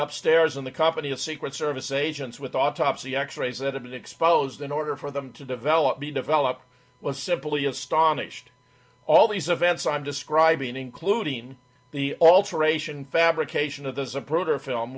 up stairs in the company of secret service agents with autopsy x rays that have been exposed in order for them to develop be developed was simply astonished all these events i'm describing including the alteration fabrication of the zapruder film